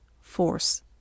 force